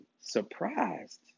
Surprised